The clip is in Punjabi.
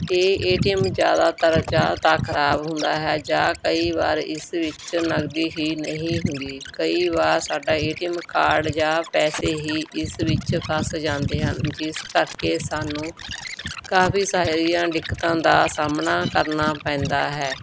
ਇਹ ਏ ਟੀ ਐਮ ਜ਼ਿਆਦਾਤਰ ਜਾਂ ਤਾਂ ਖਰਾਬ ਹੁੰਦਾ ਹੈ ਜਾਂ ਕਈ ਵਾਰ ਇਸ ਵਿੱਚ ਨਗਦੀ ਹੀ ਨਹੀਂ ਹੁੰਦੀ ਕਈ ਵਾਰ ਸਾਡਾ ਏ ਟੀ ਐਮ ਕਾਰਡ ਜਾਂ ਪੈਸੇ ਹੀ ਇਸ ਵਿੱਚ ਫਸ ਜਾਂਦੇ ਹਨ ਜਿਸ ਕਰਕੇ ਸਾਨੂੰ ਕਾਫੀ ਸਾਰੀਆਂ ਦਿੱਕਤਾਂ ਦਾ ਸਾਹਮਣਾ ਕਰਨਾ ਪੈਂਦਾ ਹੈ